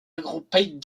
regroupait